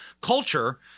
culture